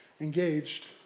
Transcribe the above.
engaged